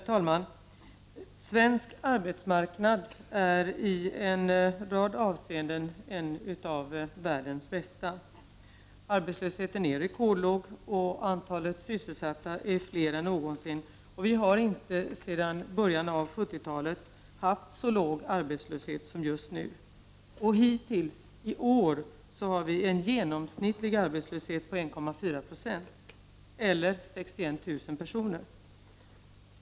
Herr talman! Svensk arbetsmarknad är i en rad avseenden en av världens bästa. Arbetslösheten är rekordlåg, antalet sysselsatta är fler än någonsin och vi har inte sedan början av 1970-talet haft så låg arbetslöshet som just nu. Hittills i år har vi en genomsnittlig arbetslöshet på 1,4 96 eller 61000 personer.